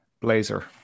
blazer